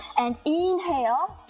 and inhale,